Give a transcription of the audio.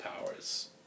powers